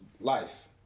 life